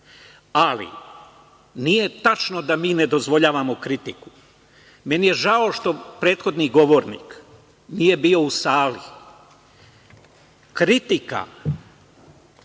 ali nije tačno da mi ne dozvoljavamo kritiku. Meni je žao što prethodni govornik nije bio u sali. Kritika